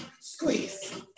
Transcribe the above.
Squeeze